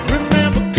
Remember